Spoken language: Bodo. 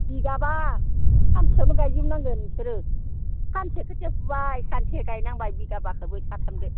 बिघाबा सानसेयावनो गायजोबनांगोन नोंसोरो सानसे खोथिया फुबाय सानसे गायनांबाय बिघाबाखौबो साथामजों